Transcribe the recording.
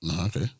Okay